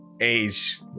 Age